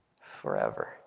forever